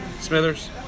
Smithers